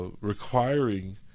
requiring